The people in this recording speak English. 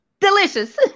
delicious